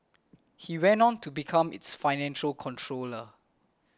he went on to become its financial controller